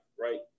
right